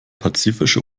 pazifische